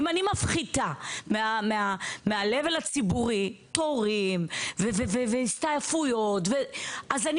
אם אני מפחיתה מה-level הציבורי תורים והסתעפויות אז אני